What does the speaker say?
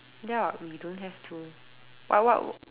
ya we do not have to what what